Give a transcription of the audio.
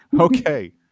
okay